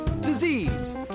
disease